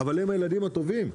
הילדים הטובים.